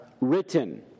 written